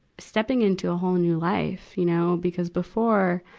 stepping into a whole new life, you know. because before,